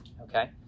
Okay